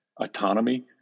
autonomy